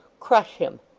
crush him.